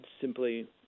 simply